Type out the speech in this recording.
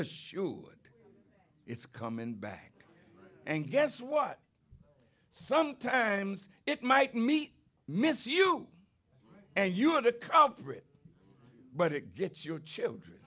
assured it's coming back and guess what sometimes it might meet miss you and you want a culprit but it gets your children